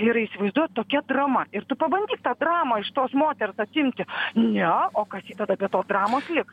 ir įsivaizduojat tokia drama ir tu pabandyk tą dramą iš tos moters atimti ne o kas ji tada be tos dramos liks